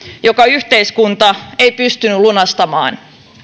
jota yhteiskunta ei pystynyt lunastamaan